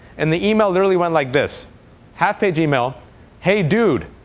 and the email literally went like this half-page email hey dude,